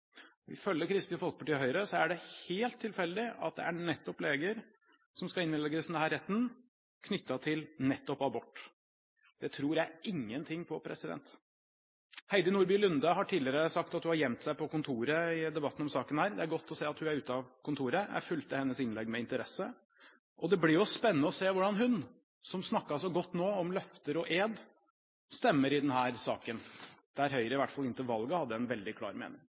Ifølge Kristelig Folkeparti og Høyre er det helt tilfeldig at det er nettopp leger som skal innvilges denne retten knyttet til nettopp abort. Det tror jeg ingenting på. Heidi Nordby Lunde har tidligere sagt at hun har gjemt seg på kontoret under debatten i denne saken. Det er godt å se at hun er ute av kontoret. Jeg fulgte hennes innlegg med interesse. Det blir spennende å se hvordan hun, som nå snakket så godt om løfter og ed, stemmer i denne saken, der Høyre i hvert fall fram til valget hadde en veldig klar mening.